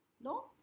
no